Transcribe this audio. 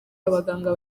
abaganga